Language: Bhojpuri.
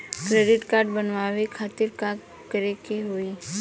क्रेडिट कार्ड बनवावे खातिर का करे के होई?